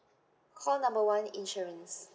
call number one insurance